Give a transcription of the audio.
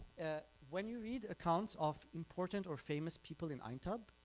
when you read accounts of important or famous people in aintab,